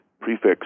prefix